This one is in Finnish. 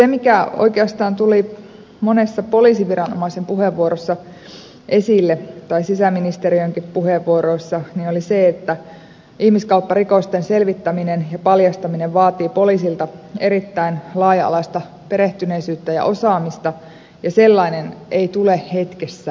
mikä tuli monessa poliisiviranomaisen ja sisäministeriönkin puheenvuorossa esille oli se että ihmiskaupparikosten selvittäminen ja paljastaminen vaatii poliisilta erittäin laaja alaista perehtyneisyyttä ja osaamista ja sellainen ei tule hetkessä